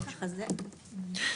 שולחן.